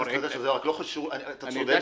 אתה צודק.